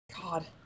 God